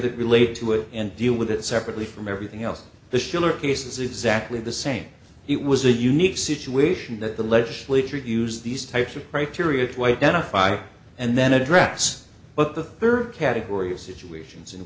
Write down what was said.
that relate to it and deal with it separately from everything else the schiller case is exactly the same it was a unique situation that the legislature use these types of criteria to identify and then address but the third category of situations in